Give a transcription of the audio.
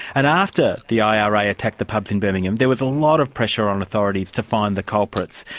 and after the ira attacked the pubs in birmingham, there was a lot of pressure on authorities to find the culprits,